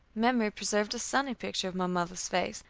memory preserved a sunny picture of my mother's face,